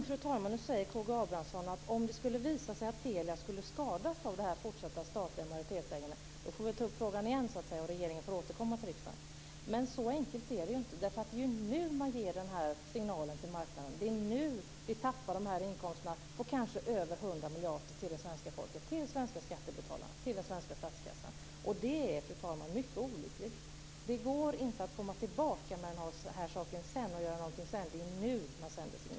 Fru talman! Nu säger K G Abramsson att om det skulle visa sig att Telia skadas av det fortsatta statliga majoritetsägandet får vi ta upp frågan igen och regeringen får återkomma till riksdagen. Men så enkelt är det inte. Det är ju nu man ger signalen till marknaden, och det är nu vi tappar inkomster på kanske 100 miljarder till svenska folket, till de svenska skattebetalarna, till den svenska statskassan. Det är, fru talman, mycket olyckligt. Det går inte att komma tillbaka med den här saken sedan och göra någonting sedan. Det är nu man sänder signalen.